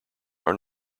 are